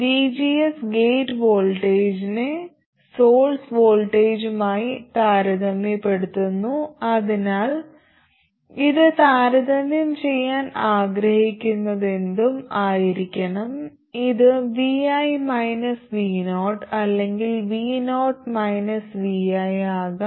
vgs gate വോൾട്ടേജിനെ source വോൾട്ടേജുമായി താരതമ്യപ്പെടുത്തുന്നു അതിനാൽ ഇത് താരതമ്യം ചെയ്യാൻ ആഗ്രഹിക്കുന്നതെന്തും ആയിരിക്കണം അത് vi vo അല്ലെങ്കിൽ vo - vi ആകാം